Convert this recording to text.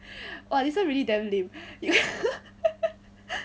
!wah! this one really damn lame you